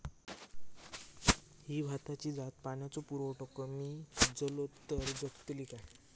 ही भाताची जात पाण्याचो पुरवठो कमी जलो तर जगतली काय?